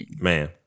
Man